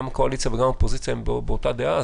גם הקואליציה וגם האופוזיציה באותה דעה,